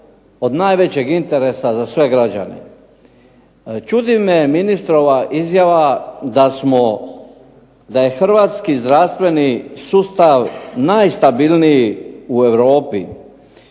od najvećeg interesa za sve građane. Čudi me ministrova izjava da je hrvatski zdravstveni sustav najstabilniji u Europi,